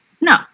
No